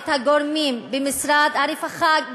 את הגורמים במשרד הרווחה,